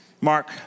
Mark